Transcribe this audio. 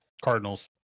Cardinals